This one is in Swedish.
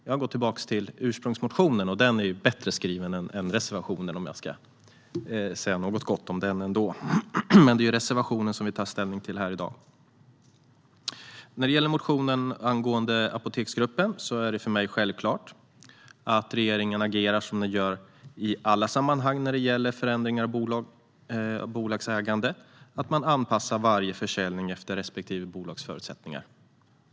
Jag går tillbaka till ursprungsmotionen som är bättre skriven än reservationen, om jag ska säga något gott om den ändå, men det är ju reservationen som vi tar ställning till här. När det gäller motionen angående Apoteksgruppen är det för mig självklart att regeringen agerar som den gör i alla sammanhang när det gäller förändringar av bolagsägande, det vill säga man anpassar varje försäljning efter respektive bolags förutsättningar.